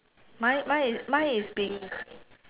mine mine is mine is pink